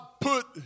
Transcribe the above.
put